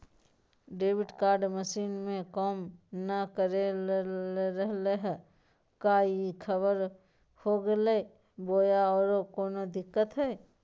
Debit card machine में काम नाय कर रहले है, का ई खराब हो गेलै है बोया औरों कोनो दिक्कत है?